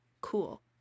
Cool